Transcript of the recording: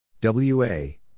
W-A